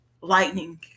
Lightning